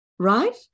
right